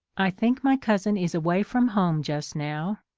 i think my cousin is away from home just now.